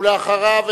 ולאחריו,